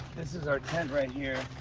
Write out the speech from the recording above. this is our tent right here.